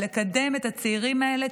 בלקדם את הצעירים האלה,